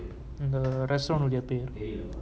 அந்த:antha restaurant பேரு:peru